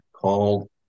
called